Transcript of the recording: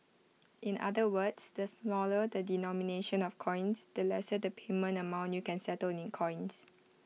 in other words the smaller the denomination of coins the lesser the payment amount you can settle in coins